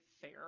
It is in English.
fair